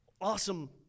awesome